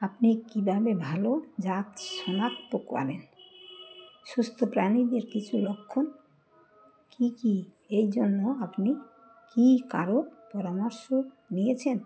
আপনি কীভাবে ভালো জাত শনাক্ত করেন সুস্থ প্রাণীদের কিছু লক্ষণ কী কী এই জন্য আপনি কী কারো পরামর্শ নিয়েছেন